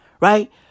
Right